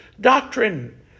doctrine